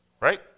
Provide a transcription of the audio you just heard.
right